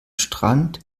strand